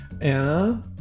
Anna